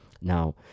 Now